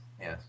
yes